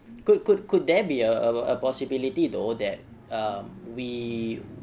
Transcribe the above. could could could there be a a possibility though that um we